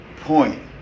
point